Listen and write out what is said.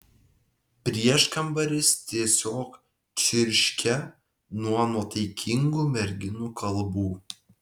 prieškambaris tiesiog čirškia nuo nuotaikingų merginų kalbų